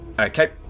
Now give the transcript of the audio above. Okay